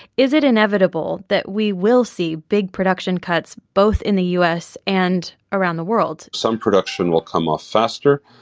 is it inevitable that we will see big production cuts, both in the u s. and around the world? some production will come off faster,